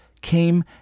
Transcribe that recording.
came